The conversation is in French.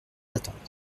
attendent